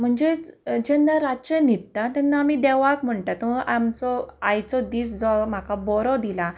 म्हणजेच जेन्ना रातचे न्हिदता तेन्ना आमी देवाक म्हणटा तो आमचो आयचो दीस जो म्हाका बरो दिला